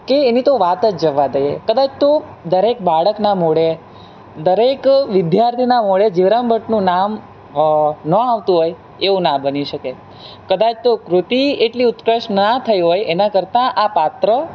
કે એની તો વાત જ જવા દઈએ કદાચ તો દરેક બાળકના મોઢે દરેક વિદ્યાર્થીના મોઢે જીવરામ ભટ્ટનું નામ નો આવતું હોય એવું ના બની શકે કદાચ તો કૃતિ એટલી ઉતકૃષ્ટ ના થઈ હોય એના કરતાં આ પાત્ર